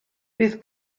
bydd